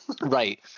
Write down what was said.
Right